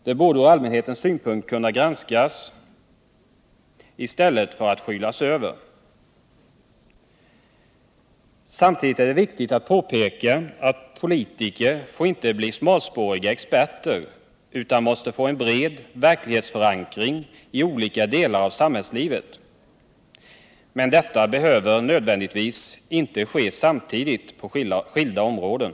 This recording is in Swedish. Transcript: Detta borde från allmänhetens synpunkt kunna granskas i stället för att skylas över. Samtidigt är det viktigt att påpeka Nr 6 att politiker inte får bli smalspåriga experter utan måste få en bred Torsdagen den verklighetsförankring i olika delar av samhällslivet, men detta behöver 5 oktober 1978 nödvändigtvis inte ske samtidigt på skilda områden.